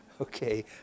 Okay